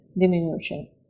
diminution